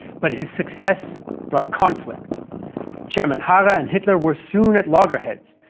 but his success brought conflict chairman harrer and hitler were soon at loggerheads,